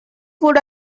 would